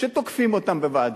שתוקפים אותם בוועדות.